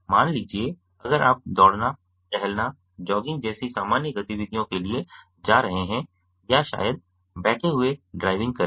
मान लीजिए अगर आप दौड़ना टहलना जॉगिंग जैसी सामान्य गतिविधियों के लिए जा रहे हैं या शायद बैठे हुए ड्राइविंग करें